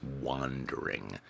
wandering